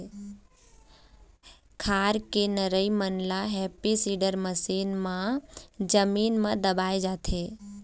खार के नरई मन ल हैपी सीडर मसीन म जमीन म दबाए जाथे